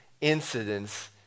incidents